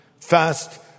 fast